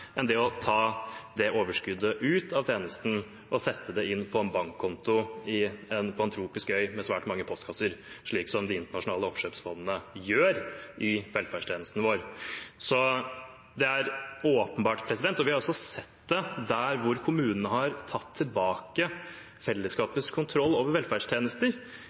det å ta overskuddet ut av tjenesten og sette det inn på en bankkonto på en eller annen tropisk øy med svært mange postkasser, slik som de internasjonale oppkjøpsfondene gjør i velferdstjenesten vår. Det er åpenbart. Vi har også sett det der hvor kommunen har tatt tilbake fellesskapets kontroll over velferdstjenester: